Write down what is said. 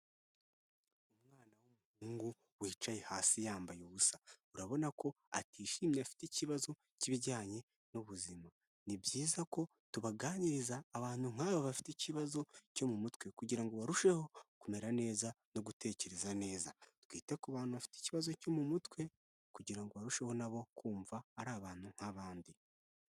Umwana w'umuhungu wicaye hasi yambaye ubusa urabona ko atishimye afite ikibazo cy'ibijyanye n'ubuzima ni byiza ko tubaganiriza abantu nk'aba bafite ikibazo cyo mu mutwe kugira ngo barusheho kumera neza no gutekereza neza twite ku bantu bafite ikibazo cyo mu mutwe kugira ngo barusheho nabo kumva ari abantu nk’abandi.